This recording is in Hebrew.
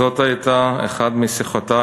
זאת הייתה אחת משיחותי,